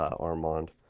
ah armand.